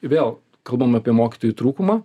vėl kalbam apie mokytojų trūkumą